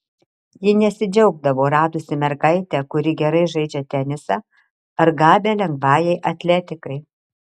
ji nesidžiaugdavo radusi mergaitę kuri gerai žaidžia tenisą ar gabią lengvajai atletikai